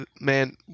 man